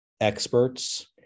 experts